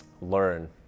learn